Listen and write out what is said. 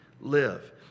live